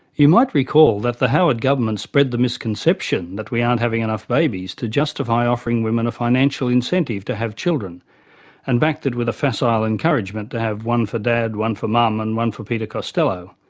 you might recall that the howard government spread the misconception that we aren't having enough babies to justify offering women a financial incentive to have children and backed it with a facile encouragement to have one for dad, one for mum and one for peter costello.